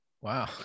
Wow